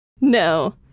No